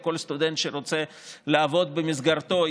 וכל סטודנט שרוצה לעבוד במסגרתו,